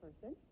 person